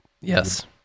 Yes